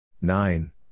Nine